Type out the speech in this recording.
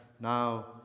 Now